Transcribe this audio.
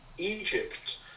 Egypt